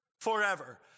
forever